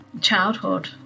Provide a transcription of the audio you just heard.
childhood